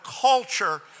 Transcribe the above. culture